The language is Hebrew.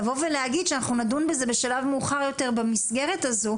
לבוא ולהגיד שאנחנו נדון בזה בשלב מאוחר יותר במסגרת הזו.